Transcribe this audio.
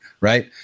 right